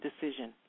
decision